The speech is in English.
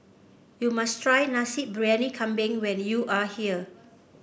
you must try Nasi Briyani Kambing when you are here